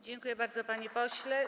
Dziękuję bardzo, panie pośle.